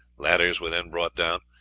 ladders were then brought down.